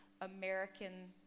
American